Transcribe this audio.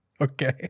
okay